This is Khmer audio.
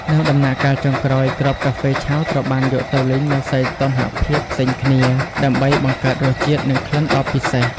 នៅដំណាក់កាលចុងក្រោយ គ្រាប់កាហ្វេឆៅត្រូវបានយកទៅលីង នៅសីតុណ្ហភាពផ្សេងគ្នា ដើម្បីបង្កើតរសជាតិ និងក្លិនដ៏ពិសេស។